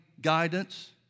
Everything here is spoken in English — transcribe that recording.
guidance